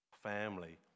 family